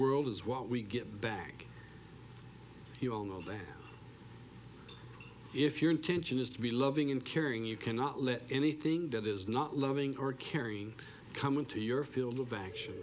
world is what we get back you'll know that if your intention is to be loving and caring you cannot let anything that is not loving or carrying come into your field of action